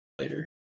later